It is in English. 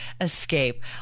escape